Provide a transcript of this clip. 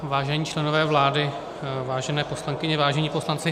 Vážení členové vlády, vážené poslankyně, vážení poslanci